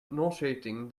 nauseating